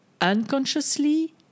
unconsciously